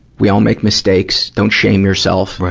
we all make mistakes. don't shame yourself,